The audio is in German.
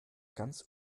ganz